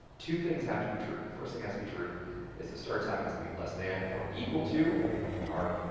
two things have to be true. the first thing that has to be true is the start time has to be less than or equal to our,